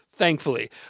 thankfully